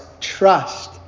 trust